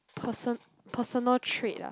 person~ personal trait ah